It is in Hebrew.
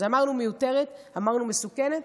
אז אמרנו מיותרת, אמרנו מסוכנת.